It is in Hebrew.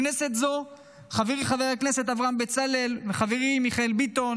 בכנסת זו חברי חבר הכנסת אברהם בצלאל וחברי מיכאל ביטון